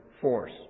force